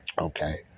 okay